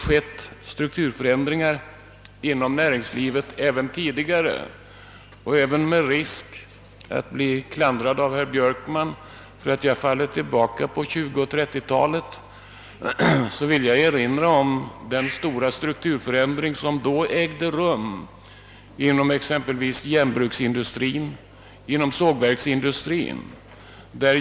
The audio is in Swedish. Sådana strukturförändringar inom näringslivet har vi haft även tidigare. Med risk att bli klandrad av herr Björkman för att falla tillbaka på 1920 och 1930-talen vill jag erinra om de stora strukturförändringar som då ägde rum inom exempelvis järnbruksoch sågverksindustrin.